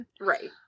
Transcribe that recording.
Right